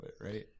right